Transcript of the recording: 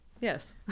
Yes